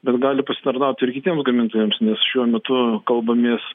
bet gali pasitarnaut ir kitiems gamintojams nes šiuo metu kalbamės